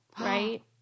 right